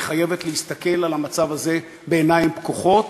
היא חייבת להסתכל על המצב הזה בעיניים פקוחות